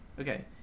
Okay